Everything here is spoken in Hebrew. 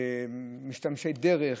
משתמשי דרך,